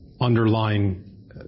underlying